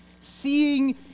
seeing